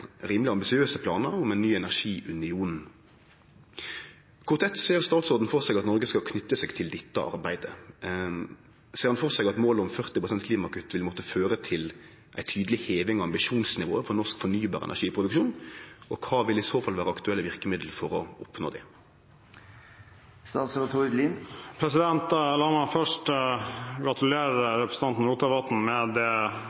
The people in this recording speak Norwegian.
rimeleg ambisiøse planar om ein ny energiunion. Kor tett ser statsråden for seg at Noreg skal knyte seg til dette arbeidet? Ser han for seg at målet om 40 pst. klimakutt vil måtte føre til ei tydeleg heving av ambisjonsnivået for norsk fornybar energiproduksjon? Kva vil i så fall vere aktuelle verkemiddel for å oppnå det? La meg først gratulere